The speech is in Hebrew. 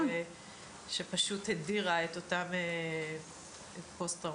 שפשוט הדירה את אותם פוסט טראומתיים,